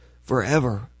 forever